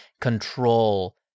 control